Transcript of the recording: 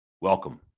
welcome